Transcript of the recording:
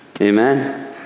Amen